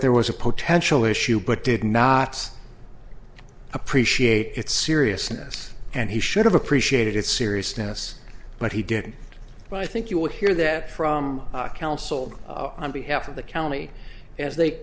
there was a potential issue but did not appreciate it seriousness and he should have appreciated it seriousness but he didn't but i think you would hear that from counsel on behalf of the county as they